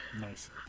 Nice